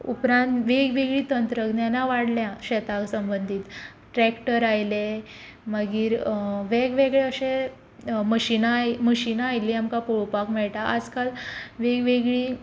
उपरांत वेगवेगळीं तंत्रज्ञानां वाडल्यां शेता संबंदीत ट्रॅक्टर आयले मागीर वेग वेगळे अशे मशिनां मशिनां आयिल्लीं आमकां पळोवपाक मेळटा आजकाल वेग वेगळीं